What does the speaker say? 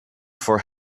for